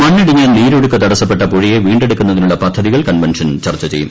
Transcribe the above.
മണ്ണടിഞ്ഞു നീരൊഴുക്ക് തടസ്സപ്പെട്ട പുഴയെ വീണ്ടെടുക്കുന്നതിനുള്ള പദ്ധതികൾ കൺവെൻഷൻ ചർച്ച ചെയ്യും